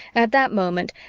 at that moment,